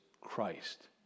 Christ